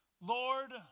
Lord